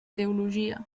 teologia